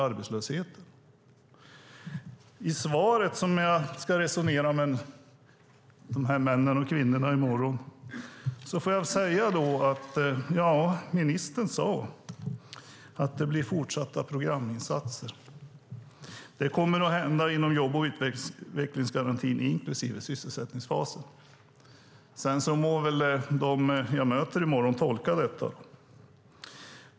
När jag ska resonera om svaret med de här männen och kvinnorna i morgon får jag väl säga att ministern sade att det blir fortsatta programinsatser inom jobb och utvecklingsgarantin inklusive sysselsättningsfasen. Sedan må väl de jag möter i morgon tolka detta.